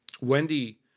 Wendy